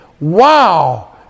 wow